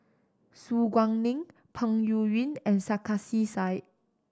Su Guaning Peng Yuyun and Sarkasi Said